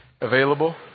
available